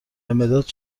مداد